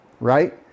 right